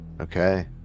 Okay